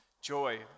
Joy